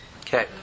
okay